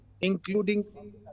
including